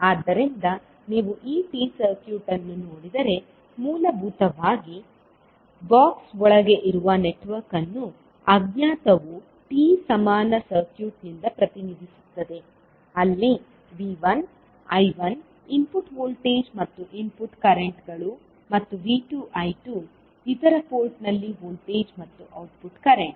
ಆದ್ದರಿಂದ ನೀವು ಈ ಟಿ ಸರ್ಕ್ಯೂಟ್ ಅನ್ನು ನೋಡಿದರೆ ಮೂಲಭೂತವಾಗಿ ಬಾಕ್ಸ್ ಒಳಗೆ ಇರುವ ನೆಟ್ವರ್ಕ್ ಅನ್ನು ಅಜ್ಞಾತವು T ಸಮಾನ ಸರ್ಕ್ಯೂಟ್ನಿಂದ ಪ್ರತಿನಿಧಿಸುತ್ತದೆ ಅಲ್ಲಿ VI I1 ಇನ್ಪುಟ್ ವೋಲ್ಟೇಜ್ ಮತ್ತು ಇನ್ಪುಟ್ ಕರೆಂಟ್ಗಳು ಮತ್ತು V2 I2 ಇತರ ಪೋರ್ಟ್ನಲ್ಲಿ ವೋಲ್ಟೇಜ್ ಮತ್ತು ಔಟ್ಪುಟ್ ಕರೆಂಟ್